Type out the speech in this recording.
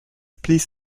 please